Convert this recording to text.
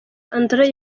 andrew